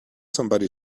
somebody